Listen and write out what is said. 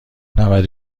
نود